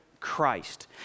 Christ